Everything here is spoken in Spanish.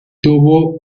tuvo